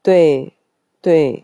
对对